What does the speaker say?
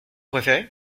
préféré